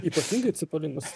ypatingai cepelinus